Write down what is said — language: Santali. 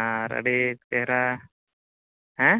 ᱟᱨ ᱟᱹᱰᱤ ᱪᱮᱦᱨᱟ ᱦᱮᱸ